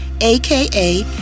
AKA